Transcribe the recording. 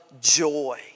joy